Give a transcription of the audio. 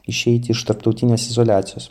išeiti iš tarptautinės izoliacijos